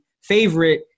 favorite